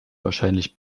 wahrscheinlich